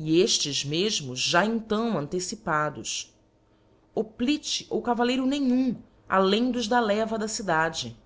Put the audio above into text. e eftes mefmos já então antecipados hoplite ou cavalleiro nenhum além dos da leva da cidade